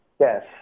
Yes